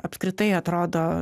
apskritai atrodo